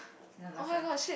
then the last one